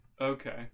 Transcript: Okay